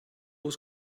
was